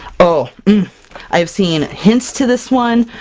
oh i've seen hints to this one,